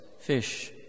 fish